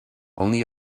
only